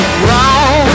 wrong